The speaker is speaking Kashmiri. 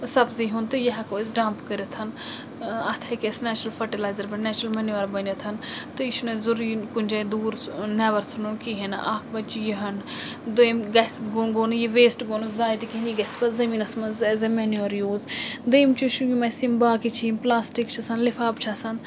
سَبزی ہُنٛد تہٕ یہِ ہٮ۪کو أسۍ ڈَمپ کٔرِتھ اَتھ ہیٚکہِ اَسہِ نٮ۪چرل فٔٹِلایزر پٮ۪ٹھ نٮ۪چرل منیوٗور بنِتھ تہٕ یہِ چھُنہٕ اَسہِ ضوٚری کُنہِ جایہِ دوٗر نٮ۪بَر ژھٕنُن کِہیٖنۍ نہٕ اکھ بَچہِ یِہَن دٔیِم گژھِ گوٚ گوٚو نہٕ یہِ ویٚسٹ گوٚو نہٕ زایہِ کِہیٖنۍ یہِ گژھِ پَتہٕ زٔمیٖنَس منٛز ایز اے مینوٗور یوٗز دٔیِم چیٖز چھُ یِم اَسہِ یِم باقے چھِ یِم پٕلاسٹِک چھِ آسان لِفاف چھِ آسان